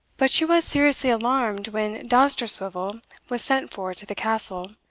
but she was seriously alarmed when dousterswivel was sent for to the castle,